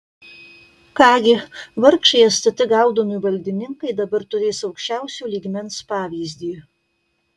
ką gi vargšai stt gaudomi valdininkai dabar turės aukščiausio lygmens pavyzdį